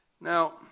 Now